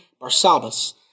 Barsabbas